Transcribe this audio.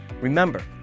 remember